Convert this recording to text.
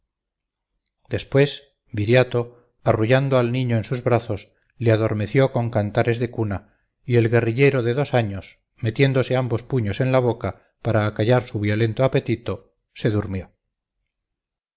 después viriato arrullando al niño en sus brazos le adormeció con cantares de cuna y el guerrillero de dos años metiéndose ambos puños en la boca para acallar su violento apetito se durmió